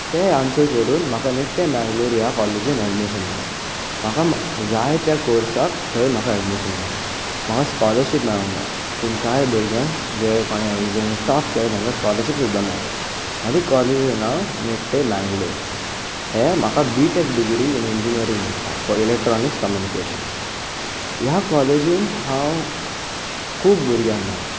तें आन्सर करून म्हाका नीट्टे मँगलोर ह्या कॉलेजींत एडमीशन मेळ्ळें म्हाका जाय त्या कोर्साक थंय म्हाका एडमीशन मेळ्ळें म्हाका स्कॉलर्शीप मेळोंक ना पूण कांय भुरग्यांक जे कोणे एग्जामीक टॉप केल्लें तेंका स्कॉलर्शीप सुद्दा मेळ्ळें म्हाजे कॉलेजीचें नांव नीट्टे मँगलोर हें B tech degree in engineering मेळटा फॉर इलॅक्ट्रॉनीक्स कम्युनीकेशन ह्या कॉलेजींत हांव खूब भुरग्यांक मेळ्ळा